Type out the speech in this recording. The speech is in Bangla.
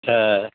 হ্যাঁ